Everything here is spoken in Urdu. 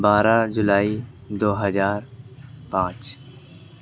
بارہ جولائی دو ہزار پانچ